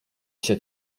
się